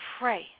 pray